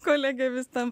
kolegę vitą